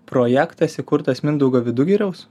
projektas įkurtas mindaugo vidugiriaus